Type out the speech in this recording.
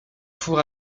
four